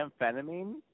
amphetamine